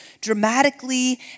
dramatically